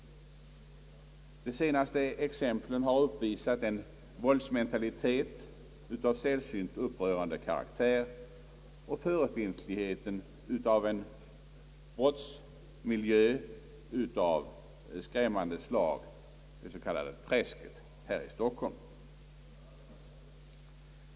De senaste exemplen har uppvisat en våldsmentalitet av sällsynt upprörande karaktär och förefintligheten av en brottsmiljö av skrämmande slag, det s.k. träsket här i Stockholm.